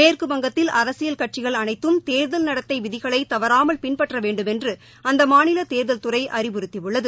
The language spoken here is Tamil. மேற்குவங்கத்தில் அரசியல் கட்சிகள் அனைத்தும் தேர்தல் நடத்தை விதிகளை தவறாமல் பின்பற்ற வேண்டும் என்று அந்த மாநில தேர்தல் துறை அறிவுறுத்தியுள்ளது